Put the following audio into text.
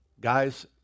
guys